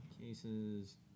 cases